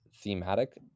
thematic